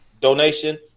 donation